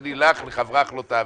"דסני עלך לחברך לא תעביד".